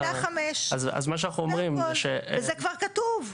החלק הראשון של עילה 5. וזה כבר כתוב.